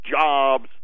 jobs